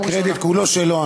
לא לא, הקרדיט כולו שלו.